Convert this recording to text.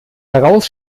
heraus